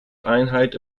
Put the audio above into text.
einheit